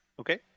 Okay